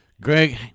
Greg